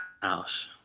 house